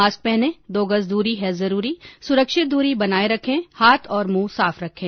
mask पहनें दो गज दूरी है जरूरी सुरक्षित दूरी बनाये रखें हाथ और मुंह साफ रखें